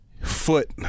foot